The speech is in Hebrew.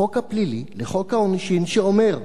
לחוק הפלילי, לחוק העונשין, שאומר: